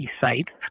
sites